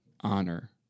honor